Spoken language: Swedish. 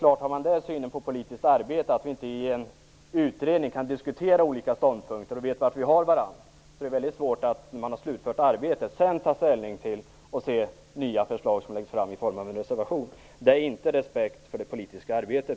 Har man den synen på politiskt arbete att man inte i en utredning kan diskutera olika ståndpunkter, så att vi vet var vi har varandra, kan jag tala om att det är mycket svårt att ta ställning till nya förslag som läggs fram i form av en reservation när man har slutfört arbetet. Det är inte respekt för det politiska arbetet,